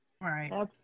right